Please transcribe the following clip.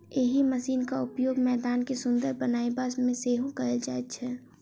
एहि मशीनक उपयोग मैदान के सुंदर बनयबा मे सेहो कयल जाइत छै